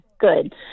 good